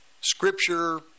Scripture